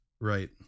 Right